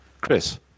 Chris